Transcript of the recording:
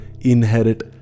inherit